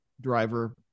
driver